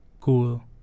Cool